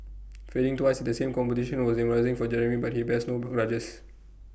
failing twice at the same competition was demoralising for Jeremy but he bears no grudges